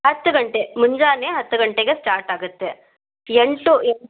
ಹತ್ತು ಗಂಟೆ ಮುಂಜಾನೆ ಹತ್ತು ಗಂಟೆಗೆ ಸ್ಟಾರ್ಟಾಗುತ್ತೆ ಎಂಟು